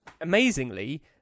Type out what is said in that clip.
Amazingly